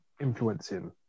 influencing